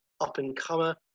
up-and-comer